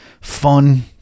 fun